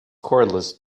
cordless